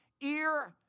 ear